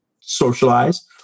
socialize